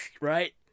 right